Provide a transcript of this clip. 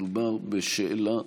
מדובר בשאלה נוספת,